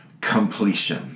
completion